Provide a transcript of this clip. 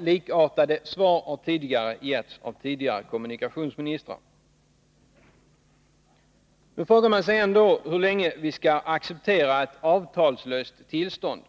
Likartade svar har getts av tidigare kommunikationsministrar. Nu frågar man sig ändå hur länge vi skall acceptera ett avtalslöst tillstånd.